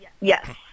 Yes